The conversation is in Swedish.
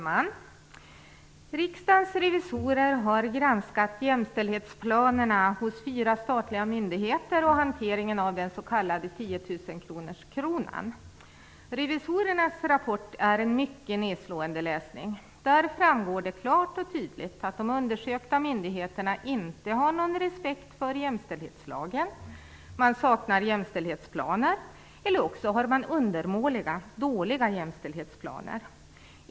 Herr talman! Riksdagens revisorer har granskat jämställdhetsplanerna hos fyra statliga myndigheter, och hanteringen av den s.k. tiotusenkronan. Revisorernas rapport är en mycket nedslående läsning. Där framgår klart och tydligt att de undersökta myndigheterna inte har någon respekt för jämställdhetslagen. Man saknar jämställdhetsplaner, eller har undermåliga och dåliga jämställdhetsplaner.